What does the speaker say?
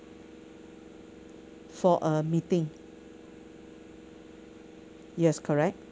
for a meeting yes correct